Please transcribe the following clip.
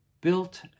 built